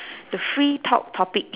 the free talk topic